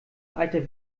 alter